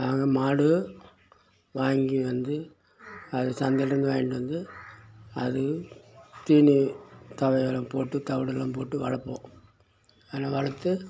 நாங்கள் மாடு வாங்கி வந்து அதை சந்தையிலேருந்து வாங்கிகிட்டு வந்து அது தீனி தழையலாம் போட்டு தவுடெல்லாம் போட்டு வளர்ப்போம் அதல்லாம் வளர்த்து